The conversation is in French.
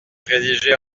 rédigés